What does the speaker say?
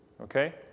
Okay